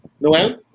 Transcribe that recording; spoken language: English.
Noel